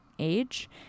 age